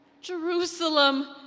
Jerusalem